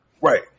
Right